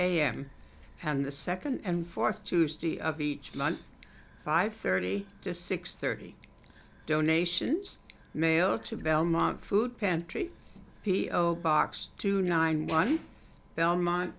am and the second and fourth tuesday of each month five thirty to six thirty donations mailed to belmont food pantry p o box to nine one belmont